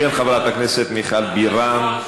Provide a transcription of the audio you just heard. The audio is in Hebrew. של חברת הכנסת מיכל בירן,